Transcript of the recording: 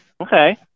Okay